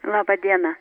laba diena